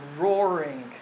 roaring